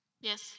Yes